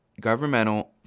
governmental